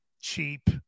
cheap